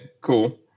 cool